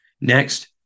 Next